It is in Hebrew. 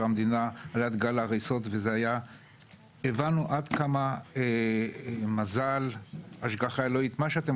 המדינה על יד גל ההריסות והבנו עד כמה מזל היה שם,